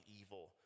evil